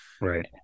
Right